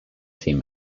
team